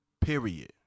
Period